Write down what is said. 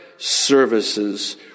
services